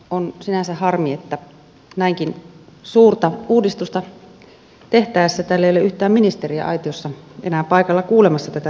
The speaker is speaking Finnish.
on sinänsä harmi että näinkin suurta uudistusta tehtäessä täällä ei ole yhtään ministeriä aitiossa enää paikalla kuulemassa tätä tärkeää keskustelua